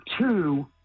two